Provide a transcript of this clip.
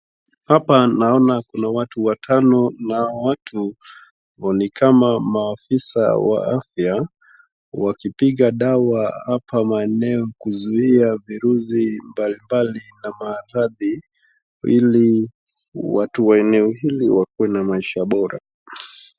Hapa naona kuna watu watano na hawa watu ni kama maafisa wa afya wakipiga dawa hapa maeneo kuzuia virusi mbalimbali na maradhi hili watu wa eneo hili wakuwe na maisha bora.